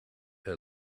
her